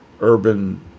urban